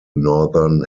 northern